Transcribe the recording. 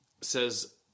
says